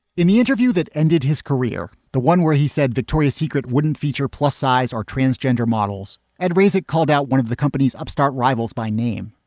in the interview that ended his career, the one where he said victoria's secret wouldn't feature plus size or transgender models. ed rasekh called out one of the company's upstart rivals by name.